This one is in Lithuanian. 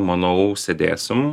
manau sėdėsim